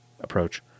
approach